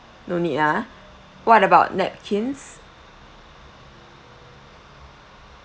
no need ah what about napkins